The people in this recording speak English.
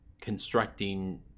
constructing